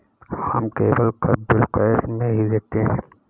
हम केबल का bill cash में ही देते हैं